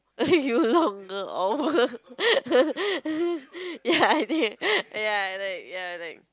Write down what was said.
know you longer or ya ya like ya like